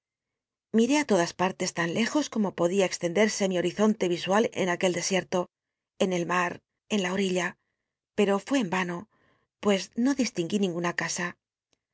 miré á todas pmtes tan lejos como podía extenderse mi horizo nte isual en aquel desieto en el mar en la orilla pco fné en vano pues no distinguí ninguna cas